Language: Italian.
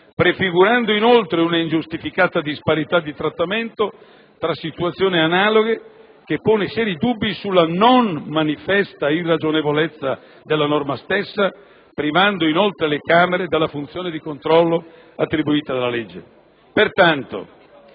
prefigurando inoltre un'ingiustificata disparità di trattamento tra situazioni analoghe che pone seri dubbi sulla non manifesta irragionevolezza della norma stessa, privando inoltre le Camere della funzione di controllo attribuita dalla legge.